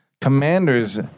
commander's